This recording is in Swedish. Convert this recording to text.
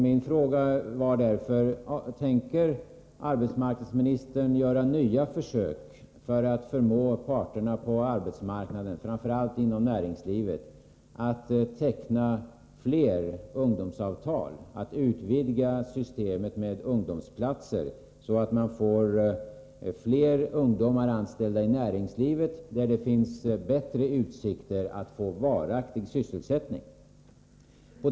Min fråga var därför: Tänker arbetsmarknadsministern göra nya försök för att förmå parterna på arbetsmarknaden, framför allt inom näringslivet, att teckna fler ungdomsavtal, att utvidga systemet med ungdomsplatser, så att man får fler ungdomar anställda i näringslivet, där det finns bättre utsikter att få varaktig sysselsättning?